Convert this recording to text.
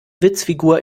witzfigur